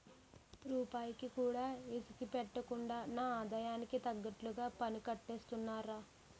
రూపాయికి కూడా ఇడిసిపెట్టకుండా నా ఆదాయానికి తగ్గట్టుగా పన్నుకట్టేస్తున్నారా